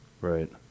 right